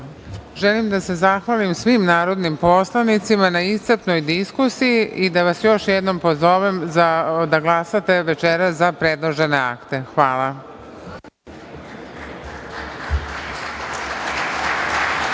Želim da se zahvalim svim narodnim poslanicima na iscrpnoj diskusiji i da vas još jednom pozovem da glasate večeras za predložene akte. Hvala.